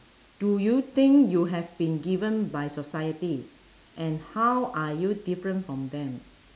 do you think you have been given by society and how are you different from them